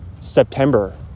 September